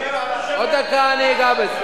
עוד דקה אני אגע בזה.